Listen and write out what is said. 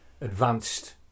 advanced